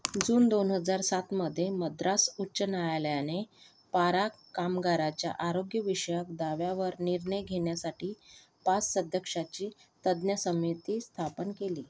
जून दोन हजार सातमध्ये मद्रास उच्च न्यायालयाने पारा कामगाराच्या आरोग्यविषयक दाव्यावर निर्णय घेण्यासाठी पाच सदस्यांची तज्ज्ञ समिती स्थापन केली